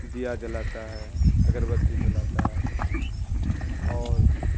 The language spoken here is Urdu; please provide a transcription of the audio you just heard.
دیا جلاتا ہے اگربتی جلاتا ہے اور